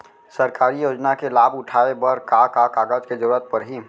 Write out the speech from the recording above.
सरकारी योजना के लाभ उठाए बर का का कागज के जरूरत परही